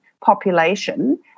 population